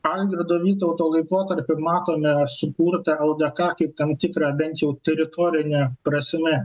algirdo vytauto laikotarpiu matome sukurtą ldk kaip tam tikrą bent jau teritorine prasme